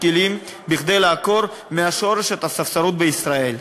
כלים כדי לעקור מהשורש את הספסרות בישראל.